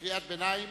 קריאת ביניים,